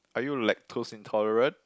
are you lactose intolerant